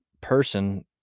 person